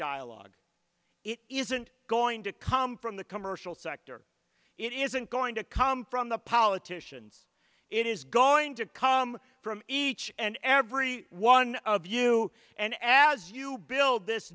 dialogue it isn't going to come from the commercial sector it isn't going to come from the politicians it is going to come from each and every one of you and as you build this